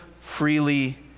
freely